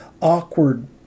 awkward